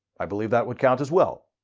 i believe that would count, as well.